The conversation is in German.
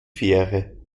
fähre